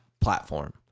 platform